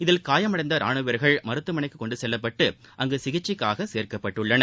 இதில் காயமடைந்த ரானுவ வீரர்கள் மருத்துவமனைக்கு கொண்டு செல்லப்பட்டு அங்கு சிகிச்சைக்காக சேர்க்கப்பட்டுள்ளனர்